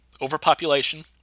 overpopulation